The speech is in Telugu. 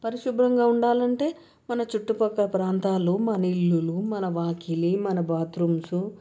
పరిశుభ్రంగా ఉండాలంటే మన చుట్టుపక్క ప్రాంతాలు మన ఇల్లులు మన వాకిలి మన బాత్రూంస్